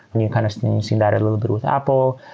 and you've kind of seen seen that a little bit with apple.